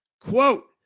quote